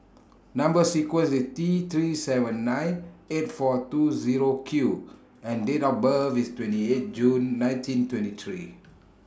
Number sequence IS T three seven nine eight four two Zero Q and Date of birth IS twenty eight June nineteen twenty three